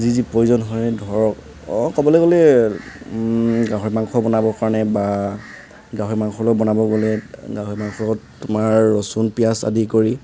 যি যি প্ৰয়োজন হয় ধৰক অ' ক'বলৈ গ'লে গাহৰি মাংস বনাবৰ কাৰণে বা গাহৰি মাংসৰ লগত বনাব গ'লে গাহৰি মাংসত তোমাৰ ৰচোন পিঁয়াজ আদি কৰি